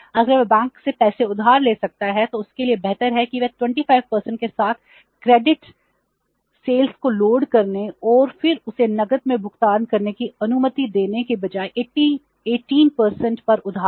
अगर वह बैंक से पैसे उधार ले सकता है तो उसके लिए बेहतर है कि वह 24 के साथ क्रेडिट बिक्री को लोड करने और फिर उसे नकद में भुगतान करने की अनुमति देने के बजाय 18 पर उधार ले